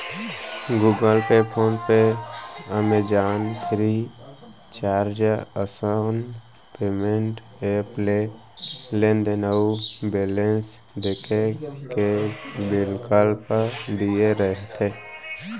Google Pay, PhonePe, Amazon, Freecharge असन payment app ले लेनदेन अउ बेलेंस देखे के बिकल्प दिये रथे